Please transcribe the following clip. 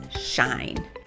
shine